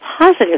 positive